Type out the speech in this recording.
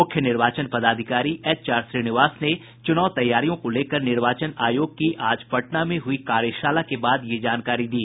मुख्य निर्वाचन पदाधिकारी एचआर श्रीनिवास ने चुनाव तैयारियों को लेकर निर्वाचन आयोग की आज पटना में हुई कार्यशाला के बाद ये जानकारी दी